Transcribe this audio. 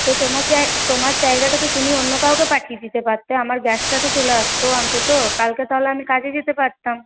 তো তোমার তোমার জায়গাটাতে তুমি অন্য কাউকে পাঠিয়ে দিতে পারতে আমার গ্যাসটা তো চলে আসত অন্তত কালকে তাহলে আমি কাজে যেতে পারতাম